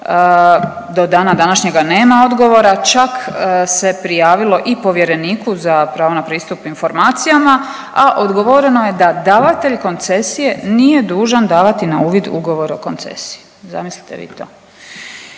do dana današnjega nema odgovora, čak se prijavilo i Povjereniku za pravo na pristup informacijama, a odgovoreno je da davatelj koncesije nije dužan davati na uvid ugovor o koncesiji, zamislite vi to.